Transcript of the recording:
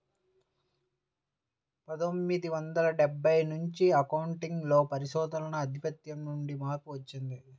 పందొమ్మిది వందల డెబ్బై నుంచి అకౌంటింగ్ లో పరిశోధనల ఆధిపత్యం నుండి మార్పు వచ్చింది